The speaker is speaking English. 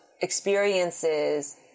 experiences